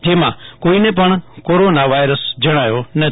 જેમાં કોઈને પણ કોરોના વાઈરસ જણાથો નથી